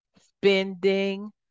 spending